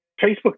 Facebook